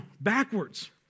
backwards